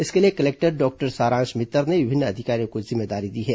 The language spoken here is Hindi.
इसके लिए कलेक्टर डॉक्टर सारांश मित्तर ने विभिन्न अधिकारियों को जिम्मेदारी दी है